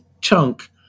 chunk